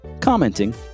commenting